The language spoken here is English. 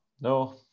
No